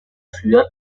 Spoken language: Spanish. ciudad